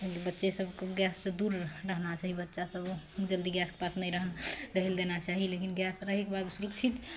बच्चे सबके गैससँ दूर रहना चाही बच्चा सब जल्दी गैसके पास नहि रहए लए देना चाही लेकिन गैस रहैके बाद सुरक्षित